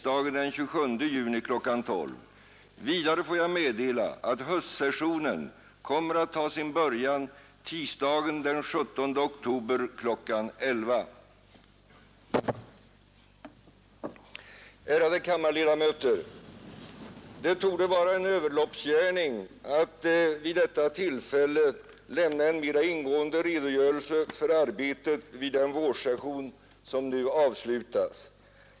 Det torde vara en överloppsgärning att vid detta tillfälle lämna en mera ingående redogörelse för arbetet vid den vårsession som nu avslutas.